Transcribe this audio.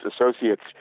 associates